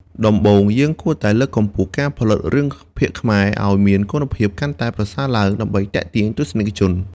ដំបូង យើងគួរតែលើកកម្ពស់ការផលិតរឿងភាគខ្មែរឲ្យមានគុណភាពកាន់តែប្រសើរឡើងដើម្បីទាក់ទាញទស្សនិកជន។